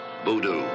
Voodoo